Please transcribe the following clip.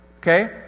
Okay